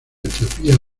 etiopía